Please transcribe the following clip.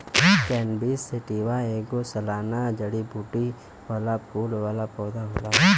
cannabis sativa ऐगो सालाना जड़ीबूटी वाला फूल वाला पौधा होला